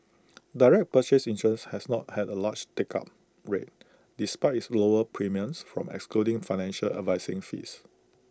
direct purchase insurance has not had A large take up rate despite its lower premiums from excluding financial advising fees